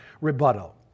rebuttal